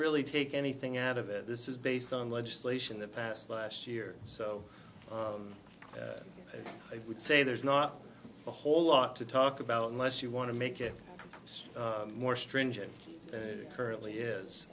really take anything out of it this is based on legislation that passed last year so i would say there's not a whole lot to talk about unless you want to make it more stringent currently is